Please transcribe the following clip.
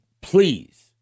please